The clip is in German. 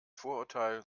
vorurteil